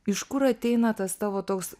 iš kur ateina tas tavo toks